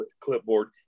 clipboard